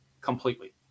completely